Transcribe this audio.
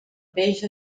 peix